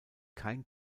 kein